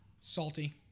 salty